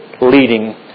leading